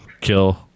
kill